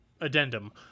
addendum